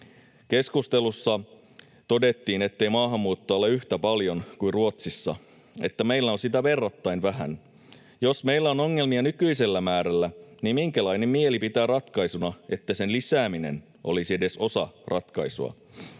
Keskustelussa todettiin, ettei maahanmuuttoa ole yhtä paljon kuin Ruotsissa, että meillä on sitä verrattain vähän. Jos meillä on ongelmia nykyisellä määrällä, niin minkälainen mieli pitää ratkaisuna sitä, että sen lisääminen olisi edes osa ratkaisua,